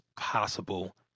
possible